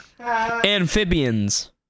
Amphibians